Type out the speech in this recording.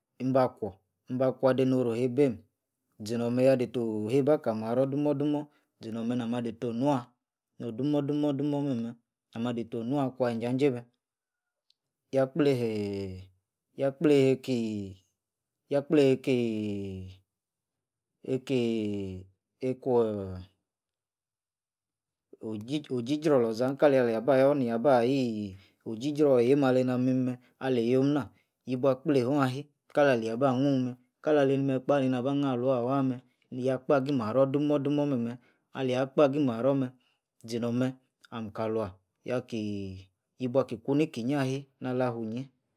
Imba-kwor. imba kwor adei noro heibeim. zinor meh yah deito heiba kal marror dumor- dumor zinor meh nah mah deito nua ṅo dumor- dumor meh- meh, nah mah deito nua kwa injajei meh yah gbleihiii, yah. gbleiha- eikiii. yah gbleha eikiii. eikiii. eikwor. oh- jri- jra oloza inkala lia ba yor, niaba yiii oh- jri- jra oyeim aleina mim- meh. alei yo'm- nah. yibua gbleiho ahi. kalialia ba nuhn meh. kalei nimeh kpah gba inah- luan. Wah meh. yah kpagi marror dumor- dumor meh-meh, alia- kpagi marro meh. zinor- meh. anka lua, yakiii. yibuaki ku niki inyi ahi. nala funinyi